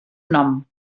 nom